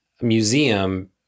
museum